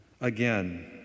Again